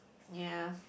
ya